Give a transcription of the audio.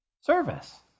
Service